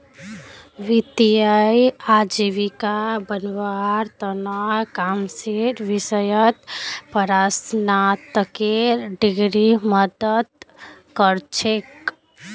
वित्तीय आजीविका बनव्वार त न कॉमर्सेर विषयत परास्नातकेर डिग्री मदद कर छेक